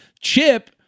Chip